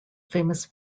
famous